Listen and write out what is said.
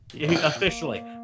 Officially